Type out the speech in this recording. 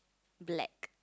black